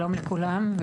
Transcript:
שלום לכולם.